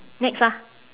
next ah